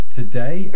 today